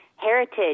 Heritage